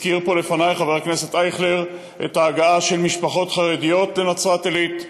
הזכיר פה לפני חבר הכנסת אייכלר את ההגעה של משפחות חרדיות לנצרת-עילית,